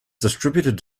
distributed